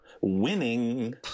Winning